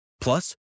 Plus